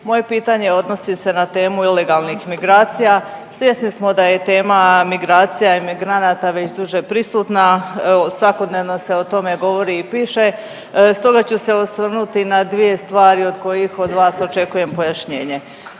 moje pitanje odnosi se na temu ilegalnih migracija. Svjesni smo da je tema migracija i migranata već duže prisutna, svakodnevno se o tome govori i piše stoga ću se osvrnuti na dvije stvari od kojih od vas očekujem pojašnjenje.